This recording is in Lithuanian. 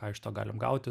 ką iš to galim gauti